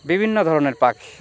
বিভিন্ন ধরনের পাখি